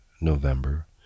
November